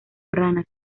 ranas